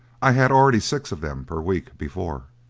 i had already six of them per week before.